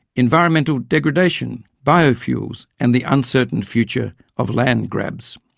environmental degradation, biofuels and the uncertain future of land grabs.